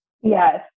Yes